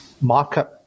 market